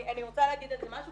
אני רוצה להגיד איזה משהו,